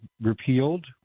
repealed